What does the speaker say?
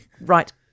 Right